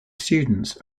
students